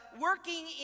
working